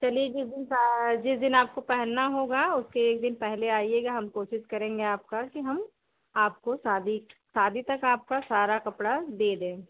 चलिए जिस दिन सा जिस दिन आपको पहनना होगा उसके एक दिन पहले आइएगा हम कोशिश करेंगे आपका कि हम आपको शादी शादी तक आपका सारा कपड़ा दे दें